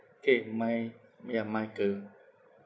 K my m~ yeah michael